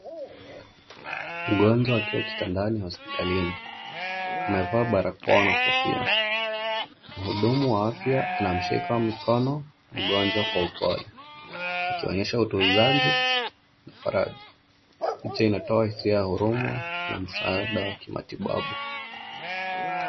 Mgonjwa akiwa kitandani hospitalini. Amevaa barakoa na kofia. Mhudumu wa afya anamshika mkono mgonjwa kwa upole, akionyesha utunzaji na faraja. Picha inatoa hisia ya huruma na msaada wa kimatibabu.